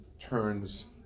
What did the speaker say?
turns